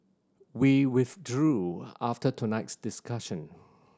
we withdrew after tonight's discussion